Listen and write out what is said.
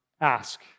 ask